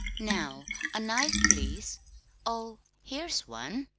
now a knife, please oh, here's one,